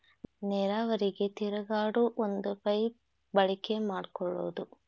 ನೇರಾವರಿಗೆ ತಿರುಗಾಡು ಒಂದ ಪೈಪ ಬಳಕೆ ಮಾಡಕೊಳುದು